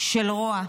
של רוע.